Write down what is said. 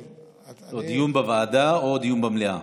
דיון בוועדה או דיון במליאה?